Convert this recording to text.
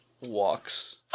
walks